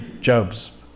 Job's